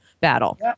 battle